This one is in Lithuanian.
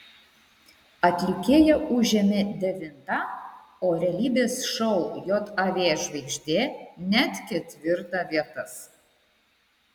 atlikėja užėmė devintą o realybės šou jav žvaigždė net ketvirtą vietas